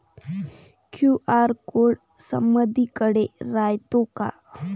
QR code समदीकडे रायतो का?